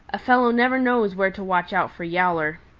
a fellow never knows where to watch out for yowler.